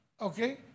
okay